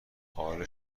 حال